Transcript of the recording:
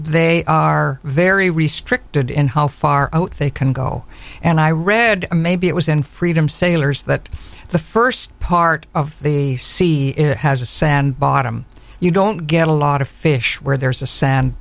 they are very restricted in how far they can go and i read maybe it was in freedom sailors that the first part of the sea has a sand bottom you don't get a lot of fish where there's a sand